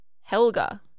helga